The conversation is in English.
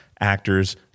actors